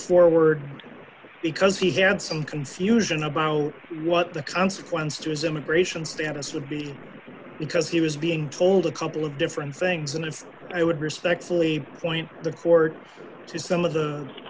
forward because he had some confusion about what the consequences immigration status of the because he was being told a couple of different things and i would respectfully point the court if some of the